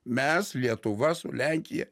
mes lietuva su lenkija